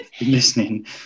listening